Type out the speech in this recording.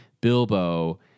Bilbo